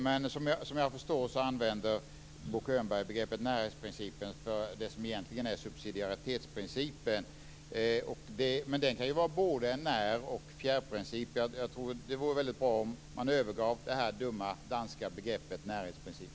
Men som jag förstår använder Bo Könberg begreppet närhetsprincipen för det som egentligen är subsidiaritetsprincipen. Men den kan ju vara både en när och en fjärrprincip. Jag tror att det vore väldigt bra om man övergav det dumma danska begreppet närhetsprincip.